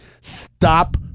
Stop